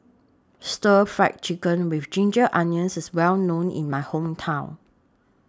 Stir Fry Chicken with Ginger Onions IS Well known in My Hometown